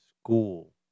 school